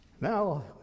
Now